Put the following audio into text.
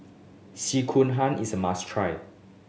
sekihan is a must try